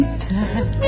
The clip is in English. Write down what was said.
sad